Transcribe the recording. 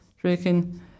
drinking